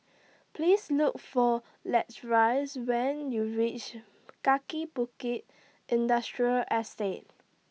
Please Look For Latrice when YOU REACH Kaki Bukit Industrial Estate